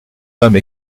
femme